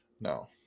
No